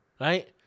right